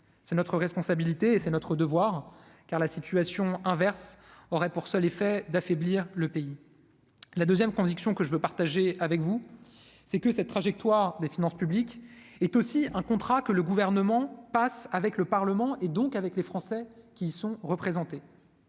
c'est notre responsabilité et c'est notre devoir, car la situation inverse aurait pour seul effet d'affaiblir le pays la 2ème conviction que je veux partager avec vous, c'est que cette trajectoire des finances publiques est aussi un contrat que le gouvernement passe avec le Parlement, et donc avec les Français qui sont représentés,